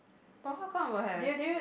but how come will have